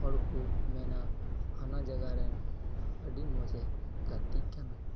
ᱦᱚᱲ ᱠᱚ ᱢᱮᱱᱟ ᱦᱟᱱᱟ ᱡᱟᱭᱜᱟ ᱨᱮᱱ ᱟᱹᱰᱤ ᱢᱚᱡᱮ ᱜᱟᱛᱮᱜ ᱠᱟᱱᱟ